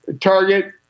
Target